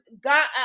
god